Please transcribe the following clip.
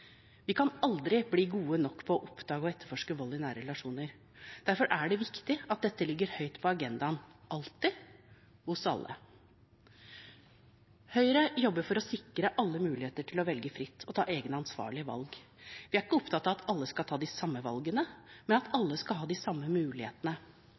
Vi kan aldri bli gode nok på å oppdage og etterforske vold i nære relasjoner. Derfor er det viktig at dette ligger høyt på agendaen – alltid og hos alle. Høyre jobber for å sikre alle muligheten til å velge fritt og ta egne, ansvarlige valg. Vi er ikke opptatt av at alle skal ta de samme valgene, men at